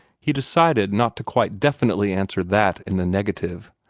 he decided not to quite definitely answer that in the negative,